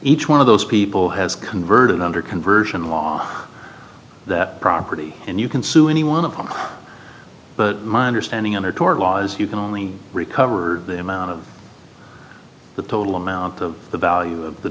each one of those people has converted under conversion law that property and you can sue anyone upon but my understanding under tort laws you can only recover the amount of the total amount of the value of the